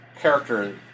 character